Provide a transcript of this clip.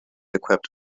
equipped